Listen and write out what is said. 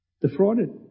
defrauded